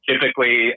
typically